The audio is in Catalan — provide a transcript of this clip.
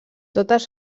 totes